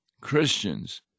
Christians